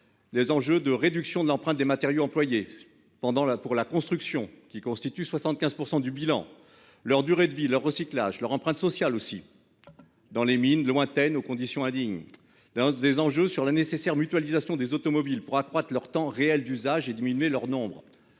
Les enjeux de réduction de l'empreinte des matériaux employés pendant la pour la construction qui constituent 75% du bilan, leur durée de vie, leur recyclage leur empreinte sociale aussi. Dans les mines lointaines aux conditions indignes d'des enjeux sur la nécessaire mutualisation des automobiles pour accroître leur temps réel d'usage et diminuer leur nombre